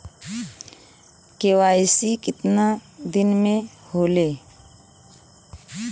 KYC कितना दिन में होले?